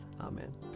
Amen